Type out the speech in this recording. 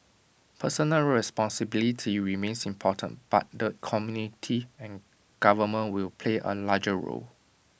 personal responsibility remains important but the community and government will play A larger role